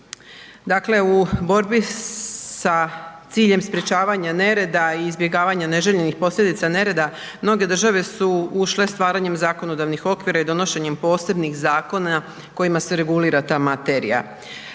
Dakle u borbi sa ciljem sprječavanjem nereda i izbjegavanja neželjenih posljedica nerede, mnoge države su ušle stvaranjem zakonodavnih okvira i donošenjem posebnih zakona kojima se regulira ta materija.